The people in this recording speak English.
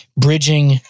Bridging